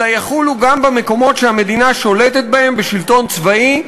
אלא יחולו גם במקומות שהמדינה שולטת בהם בשלטון צבאי,